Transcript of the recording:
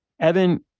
Evan